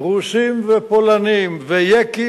רוסים ופולנים ויקים,